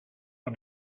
and